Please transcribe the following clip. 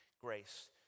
grace